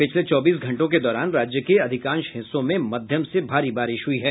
पिछले चौबीस घंटों के दौरान राज्य के अधिकांश हिस्सों में मध्यम से भारी बारिश हुई है